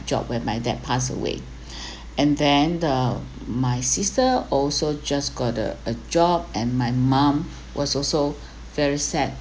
job when my dad passed away and then uh my sister also just got the a job and my mom was also very sad